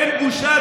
אין בושה.